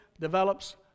develops